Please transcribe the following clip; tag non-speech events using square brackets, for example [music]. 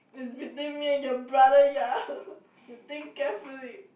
is between me and your brother ya [laughs] you think carefully